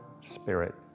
spirit